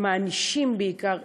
ומענישים בעיקר,